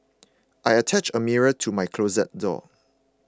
I attached a mirror to my closet door